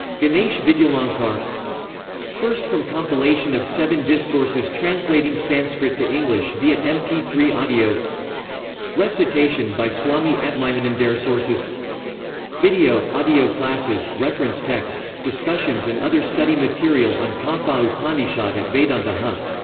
ganesh vidyalankar first from compilation of seven discourses translating sanskrit to english via m p three audio recitation by swami atmajnanandaresources video audio classes, reference texts, discussions and other study material on katha upanishad at vedanta hub